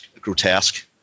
grotesque